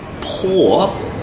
poor